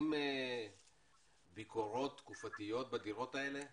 מבצעים ביקורות תקופתיות בדירות האלה?